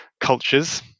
cultures